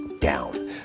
down